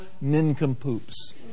nincompoops